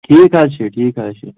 ٹھیٖک حظ چھِ ٹھیٖک حظ چھِ